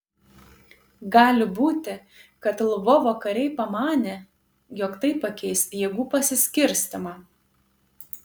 gali būti kad lvovo kariai pamanė jog tai pakeis jėgų pasiskirstymą